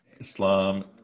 Islam